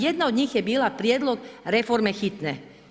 Jedna od njih je bila prijedlog reforme Hitne.